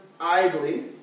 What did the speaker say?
idly